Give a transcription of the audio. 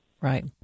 Right